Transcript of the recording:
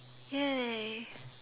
!yay!